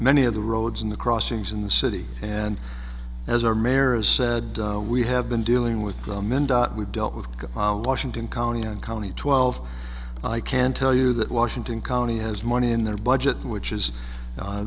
many of the roads in the crossings in the city and as our mayor has said we have been dealing with the mend we dealt with washington county and county twelve i can tell you that washington county has money in their budget which is